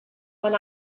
when